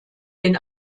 den